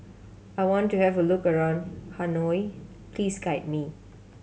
I want to have a look around Hanoi please guide me